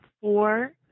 four